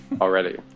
already